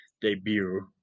debut